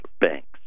banks